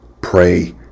Pray